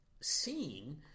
seeing